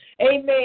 amen